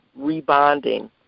rebonding